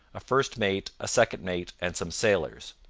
a first mate, a second mate, and some sailors.